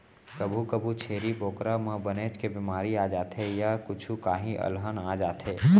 कभू कभू छेरी बोकरा म बनेच के बेमारी आ जाथे य कुछु काही अलहन आ जाथे